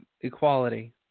equality